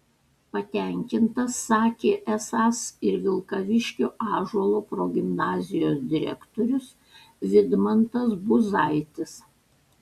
patenkintas sakė esąs ir vilkaviškio ąžuolo progimnazijos direktorius vidmantas buzaitis